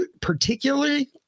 particularly